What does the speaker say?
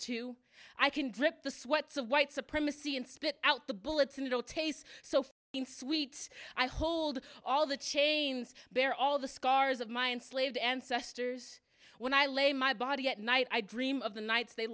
too i can drip the sweats of white supremacy and spit out the bullets and it will taste so sweet i hold all the chains bare all the scars of my enslaved ancestors when i lay my body at night i dream of the nights they